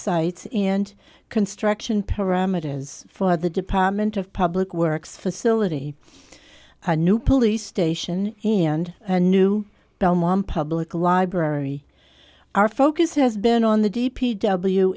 sites and construction parameters for the department of public works facility a new police station and a new belmont public library our focus has been on the d p w